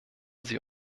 sie